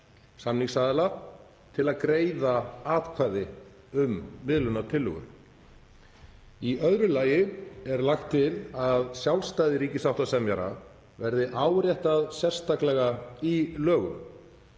samningsaðila til að greiða atkvæði um miðlunartillögu. Í öðru lagi er lagt til að sjálfstæði ríkissáttasemjara verði áréttað sérstaklega í lögum,